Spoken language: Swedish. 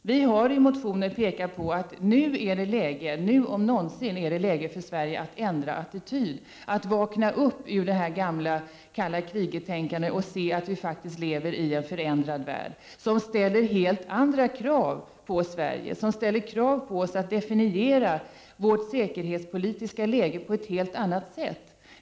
Vi har i motioner påtalat att det nu om någonsin är läge för Sverige att ändra attityd, att vakna upp ur detta gamla kalla-kriget-tänkande och inse att vi faktiskt lever i en förändrad värld, som ställer helt andra krav på oss och på att definiera vårt säkerhetspolitiska läge på ett helt annat sätt än tidigare.